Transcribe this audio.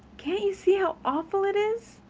can't you see how awful it is?